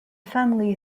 family